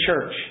church